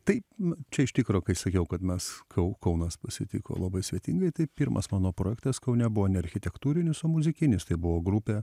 tai čia iš tikro kai sakiau kad mes kau kaunas pasitiko labai svetingai tai pirmas mano projektas kaune buvo ne architektūrinis o muzikinis tai buvo grupė